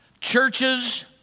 churches